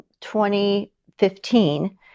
2015